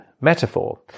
metaphor